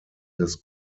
des